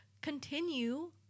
continue